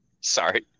Sorry